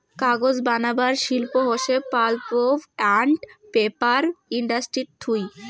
কাগজ বানাবার শিল্প হসে পাল্প আন্ড পেপার ইন্ডাস্ট্রি থুই